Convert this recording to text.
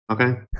Okay